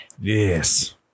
Yes